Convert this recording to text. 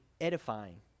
edifying